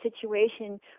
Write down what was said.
situation